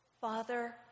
Father